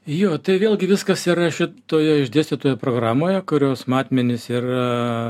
jo tai vėlgi viskas yra šitoje išdėstytoje programoje kurios matmenys yra